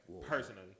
Personally